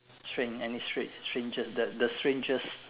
strange and the strange strange the the strangest